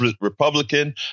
Republican